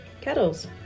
kettles